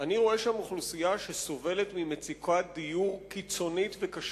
אני רואה שם אוכלוסייה שסובלת ממצוקת דיור קיצונית וקשה.